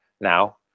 now